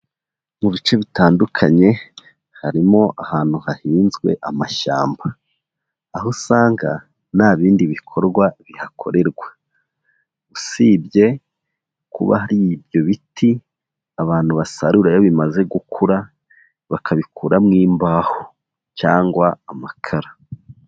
Mu bice bitandukanye harimo ahantu hahinzwe amashyamba, aho usanga nta bindi bikorwa bihakorerwa, usibye kuba hari ibyo biti abantu basarura iyo bimaze gukura bakabikuramo imbaho cyangwa amakara.